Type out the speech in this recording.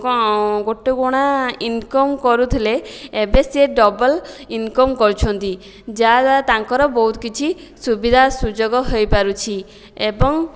କ'ଣ ଗୋଟିଏ ଗୁଣା ଇନକମ୍ କରୁଥିଲେ ଏବେ ସେ ଡବଲ୍ ଇନକମ୍ କରୁଛନ୍ତି ଯାହା ଦ୍ଵାରା ତାଙ୍କର ବହୁତ କିଛି ସୁବିଧା ସୁଯୋଗ ହୋଇପାରୁଛି ଏବଂ